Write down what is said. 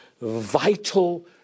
vital